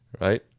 right